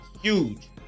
huge